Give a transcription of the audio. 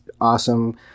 awesome